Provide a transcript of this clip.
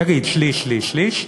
נגיד: שליש-שליש-שליש,